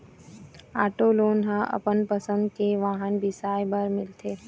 auto loan ह अपन पसंद के वाहन बिसाए बर मिलथे